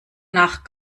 nach